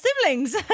siblings